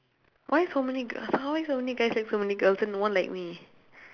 why so many gu~ how's there so many guys like so many girls and no one like me